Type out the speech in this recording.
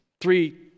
three